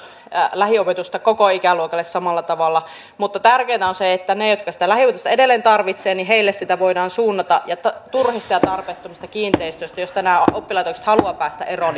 lähiopetusta koko ikäluokalle samalla tavalla mutta tärkeää on se että niille jotka sitä lähiopetusta edelleen tarvitsevat sitä voidaan suunnata ja turhista ja tarpeettomista kiinteistöistä joista nämä oppilaitokset haluavat päästä eroon